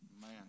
Man